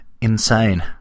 insane